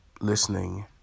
listening